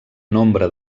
nombre